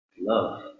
love